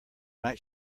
night